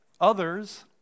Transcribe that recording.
Others